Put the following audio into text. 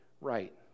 right